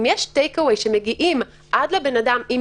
אם יש טייק-אווי שמגיעים עד לבן אדם עם